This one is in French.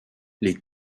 les